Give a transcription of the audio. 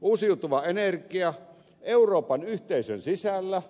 uusiutuva energia euroopan yhteisön sisällä